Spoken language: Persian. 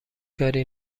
کاری